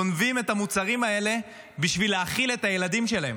גונבים את המוצרים האלה בשביל להאכיל את הילדים שלהם.